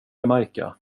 jamaica